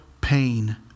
pain